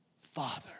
Father